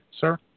sir